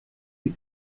the